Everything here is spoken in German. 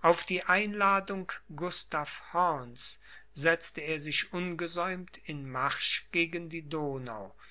auf die einladung gustav horns setzte er sich ungesäumt in marsch gegen die donau